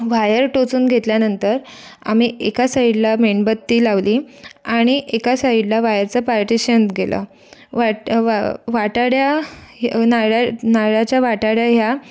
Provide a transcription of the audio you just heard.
wire टोचून घेतल्यानंतर आम्ही एका साईडला मेणबत्ती लावली आणि एका साईडला वायरचं पार्टीशन गेलं वाट् वा वाटाड्या हे नारळ नारळाच्या वाटाड्या ह्या